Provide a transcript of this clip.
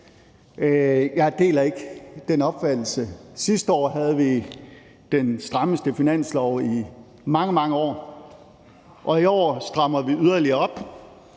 Jeg deler ikke den opfattelse. Sidste år havde vi den strammeste finanslov i mange, mange år, og i år strammer vi yderligere op.